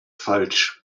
falsch